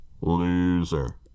Loser